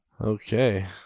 okay